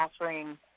offering